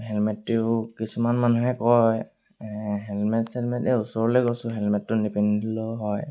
হেলমেটটো কিছুমান মানুহে কয় হেলমেট চেলমেটে ওচৰলৈ গৈছোঁ হেলমেটটো নিপিন্ধিলেও হয়